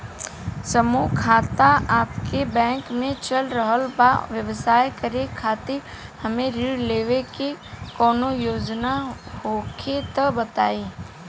समूह खाता आपके बैंक मे चल रहल बा ब्यवसाय करे खातिर हमे ऋण लेवे के कौनो योजना होखे त बताई?